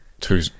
two